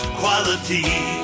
quality